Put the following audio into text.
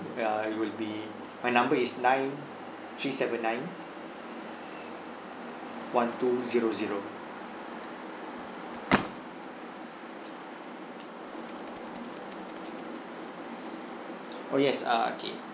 ya it would be my number is nine three seven nine one two zero zero oh yes uh okay